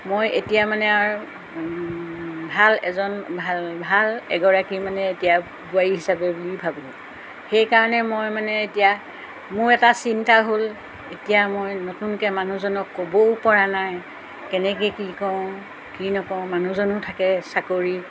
মই এতিয়া মানে আৰু ভাল এজন ভাল ভাল এগৰাকী মানে এতিয়া বোৱাৰী হিচাপে বুলি ভাবিলোঁ সেইকাৰণে মই মানে এতিয়া মোৰ এটা চিন্তা হ'ল এতিয়া মই নতুনকৈ মানুহজনক ক'বও পৰা নাই কেনেকৈ কি কওঁ কি নকওঁ মানুহজনো থাকে চাকৰি